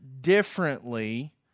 differently